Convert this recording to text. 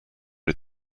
les